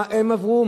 מה הם עברו,